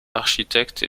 architecte